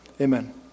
Amen